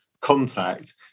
contact